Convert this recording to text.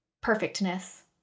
perfectness